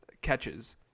catches